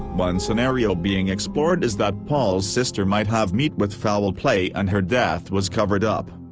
one scenario being explored is that paul's sister might have met with foul play and her death was covered up.